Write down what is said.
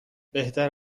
بهتر